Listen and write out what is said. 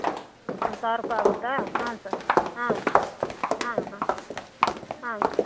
ಹಾಂ ಒಂದು ಸಾವಿರ ರೂಪಾಯಿ ಆಗುತ್ತಾ ಹಾಂ ಸರ್ ಹಾಂ ಸರ್ ಹಾಂ ಹಾಂ ಹಾಂ ಸರ್